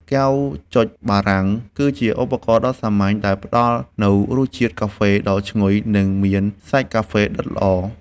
កែវចុចបារាំង គឺជាឧបករណ៍ដ៏សាមញ្ញដែលផ្ដល់នូវរសជាតិកាហ្វេដ៏ឈ្ងុយ និងមានសាច់កាហ្វេដិតល្អ។